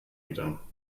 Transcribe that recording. wieder